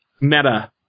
Meta